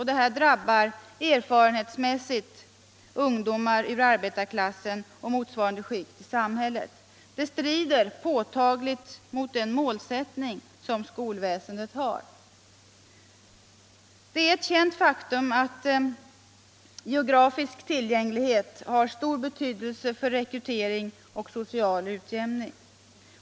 Detta drabbar erfarenhetsmässigt ungdomar ur arbetarklassen och motsvarande skikt i samhället. Det strider påtagligt mot den målsättning som skolväsendet har. Det är ett känt faktum att geografisk tillgänglighet har stor betydelse för rekrytering och social utjämning.